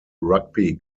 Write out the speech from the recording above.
rugby